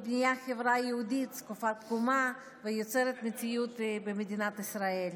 מביאה חברה יהודית לתקופת תקומה ויוצרת מציאות במדינת ישראל.